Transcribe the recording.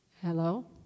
hello